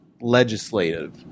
legislative